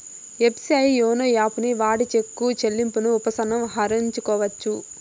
SBI YONO యాపుని వాడి cheque చెల్లింపును ఉపసంహరించుకోవచ్చు